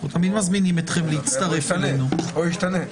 או ישתנה.